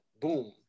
boom